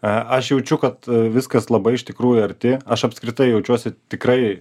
aš jaučiu kad viskas labai iš tikrųjų arti aš apskritai jaučiuosi tikrai